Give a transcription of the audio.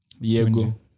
Diego